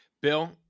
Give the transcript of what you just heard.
Bill